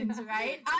right